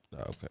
Okay